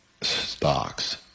stocks